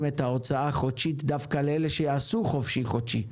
את ההוצאה החודשית דווקא לאלה שיעשו חופשי-חודשי,